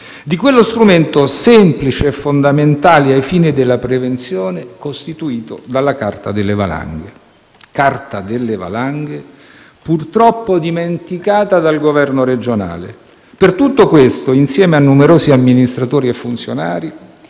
di quello strumento semplice e fondamentale ai fini della prevenzione costituito dalla carta delle valanghe. Tale documento è stato purtroppo dimenticato dal governo regionale. Per tutto questo, insieme a numerosi amministratori e funzionari,